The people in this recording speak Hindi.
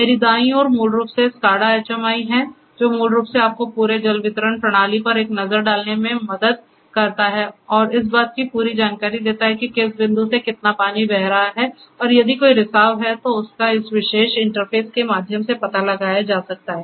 मेरे दाईं ओर मूल रूप से SCADA HMI है जो मूल रूप से आपको पूरे जल वितरण प्रणाली पर एक नज़र डालने में मदद करता है और इस बात की पूरी जानकारी देता है कि किस बिंदु से कितना पानी बह रहा है और यदि कोई रिसाव है तो उसका इस विशेष इंटरफेस के माध्यम से पता लगाया जा सकता है